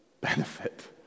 benefit